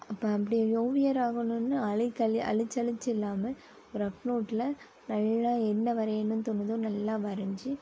இப்போ அப்படி ஓவியர் ஆகணும்னா அலைகள்லி அழிச்சு அழிச்சு இல்லாமல் ஒரு ரஃப் நோட்டில் நல்லா என்ன வரையணும்னு தோணுதோ நல்லா வரஞ்சு